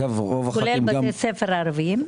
כולל בתי ספר ערביים?